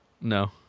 No